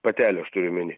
patelė aš turiu omeny